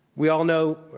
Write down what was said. we all know,